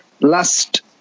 last